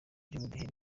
by’ubudehe